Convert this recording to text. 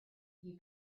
you